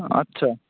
আচ্ছা